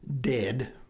dead